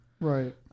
Right